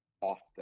often